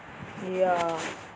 ya